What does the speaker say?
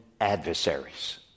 adversaries